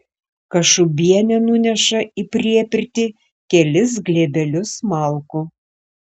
kašubienė nuneša į priepirtį kelis glėbelius malkų